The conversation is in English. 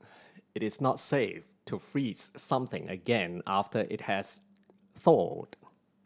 it is not safe to freeze something again after it has thawed